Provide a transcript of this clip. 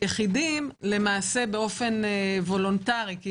וביחידים באופן וולונטרי,